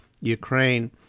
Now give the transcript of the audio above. Ukraine